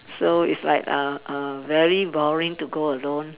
so it's like a a very boring to go alone